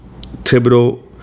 Thibodeau